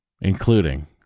including